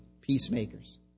peacemakers